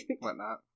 whatnot